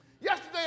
Yesterday